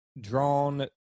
drawn